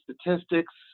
statistics